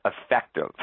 effective